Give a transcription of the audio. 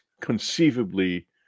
conceivably